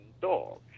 dogs